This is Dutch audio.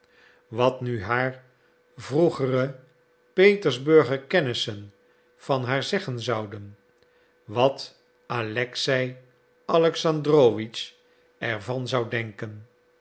wat nu haar vroegere petersburger kennissen van haar zeggen zouden wat alexei alexandrowitsch er van zou denken